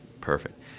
Perfect